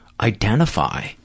identify